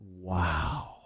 wow